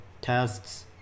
tests